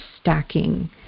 stacking